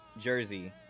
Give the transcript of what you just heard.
jersey